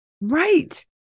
right